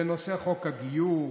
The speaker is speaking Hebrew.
בנושא חוק הגיור,